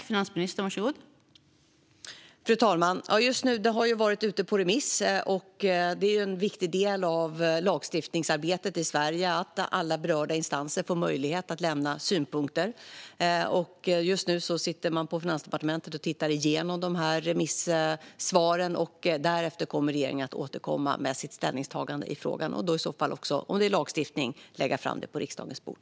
Fru talman! Detta har alltså varit ute på remiss, och det är ju en viktig del av lagstiftningsarbetet i Sverige att alla berörda instanser får möjlighet att lämna synpunkter. Just nu sitter man på Finansdepartementet och tittar igenom remissvaren. Därefter kommer regeringen att återkomma med sitt ställningstagande i frågan och, om det handlar om lagstiftning, lägga fram det på riksdagens bord.